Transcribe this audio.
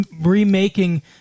remaking